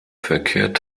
verkehrt